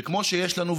שכמו שיש לנו,